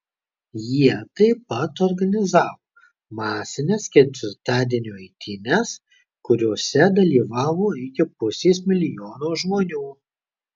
jie taip pat organizavo masines ketvirtadienio eitynes kuriose dalyvavo iki pusės milijono žmonių